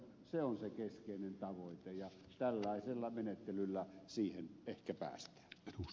se on se keskeinen tavoite ja tällaisella menettelyllä siihen ehkä päästään